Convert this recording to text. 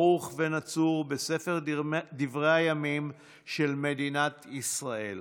ברוך ונצור בספר דברי הימים של מדינת ישראל.